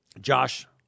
Josh